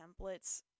templates